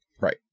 Right